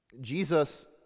Jesus